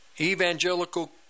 evangelical